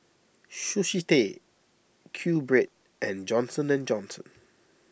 Sushi Tei Qbread and Johnson and Johnson